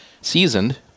seasoned